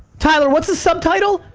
tyler, what's the subtitle?